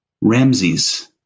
Ramses